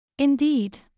Indeed